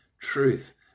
truth